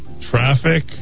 Traffic